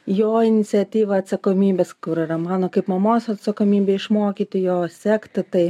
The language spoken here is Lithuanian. jo iniciatyva atsakomybės kur yra mano kaip mamos atsakomybė išmokyti jo sekti tai